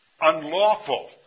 unlawful